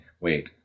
wait